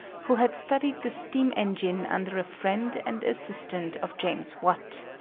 who had studied the steam engine under a friend and assistant of james watt.